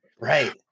Right